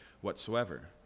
whatsoever